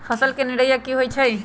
फसल के निराया की होइ छई?